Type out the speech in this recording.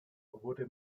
wurde